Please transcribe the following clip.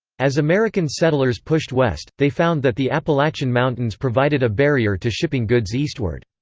as american settlers pushed west, they found that the appalachian mountains provided a barrier to shipping goods eastward.